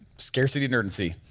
scarcity and urgency,